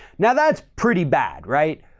now that's pretty bad, right?